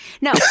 No